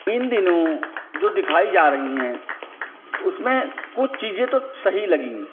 इन दिनों जो दिखाई जा रही हैं उसमें कुछ चीज़ें तो सही लगी